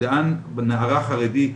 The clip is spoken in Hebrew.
לאן נערה חרדית,